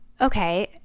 okay